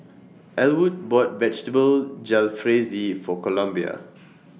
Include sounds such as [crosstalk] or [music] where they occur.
Ellwood bought Vegetable Jalfrezi For Columbia [noise]